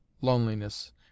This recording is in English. loneliness